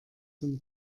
zum